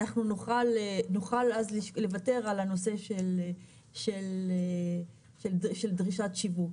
אנחנו נוכל אז לוותר על הנושא של דרישת שיווק,